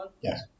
Yes